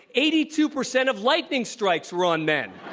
eighty two percent of lightning strikes were on men.